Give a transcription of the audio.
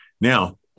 Now